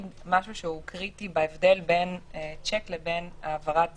משהו שהוא קריטי בהבדל בין שיק לבין העברת זיכוי.